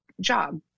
job